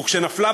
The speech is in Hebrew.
וכשנפלה,